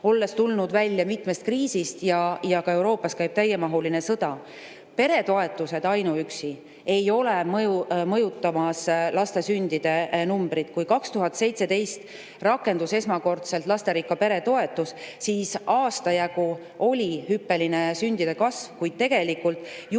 olles tulnud välja mitmest kriisist ja kuna Euroopas käib täiemahuline sõda. Ainuüksi peretoetused ei ole mõjutamas laste sündide arvu. Kui 2017. aastal rakendus esmakordselt lasterikka pere toetus, siis aasta jagu oli hüppeline sündide kasv, kuid tegelikult juba